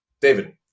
David